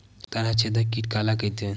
तनाछेदक कीट काला कइथे?